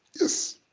Yes